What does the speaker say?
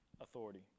authority